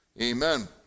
amen